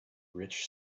rich